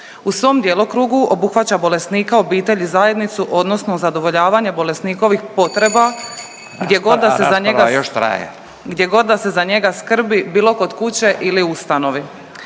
U svom djelokrugu obuhvaća bolesnika, obitelj i zajednicu odnosno zadovoljavanje bolesnikovih potreba gdje god da se za njega …/Upadica Radin: Rasprava